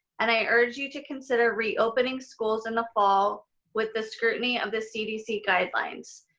and i urge you to consider reopening schools in the fall with the scrutiny of the cdc guidelines.